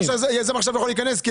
אבל לא בטוח שיזם יכול להיכנס עכשיו,